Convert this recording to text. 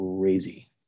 Crazy